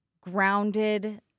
grounded